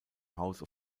house